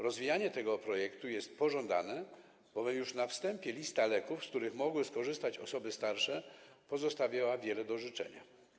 Rozwijanie tego projektu jest pożądane, bo już na wstępie lista leków, z których mogły skorzystać osoby starsze, pozostawiała wiele do życzenia.